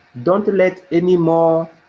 don't let anymore,